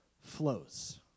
flows